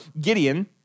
Gideon